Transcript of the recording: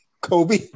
Kobe